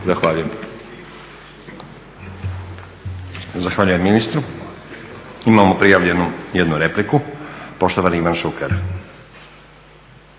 Zahvaljujem ministru. Imamo prijavljenu jednu repliku. Poštovani Ivan Šuker.